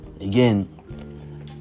Again